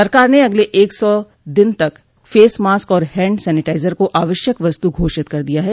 सरकार ने अगले एक सौ दिन तक फेसमास्क और हैण्ड सैनिटाइजर को आवश्यक वस्तु घोषित कर दिया है